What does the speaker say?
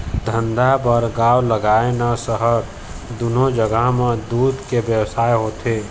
धंधा बर गाँव लागय न सहर, दूनो जघा म दूद के बेवसाय होथे